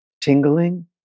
tingling